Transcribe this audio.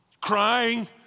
crying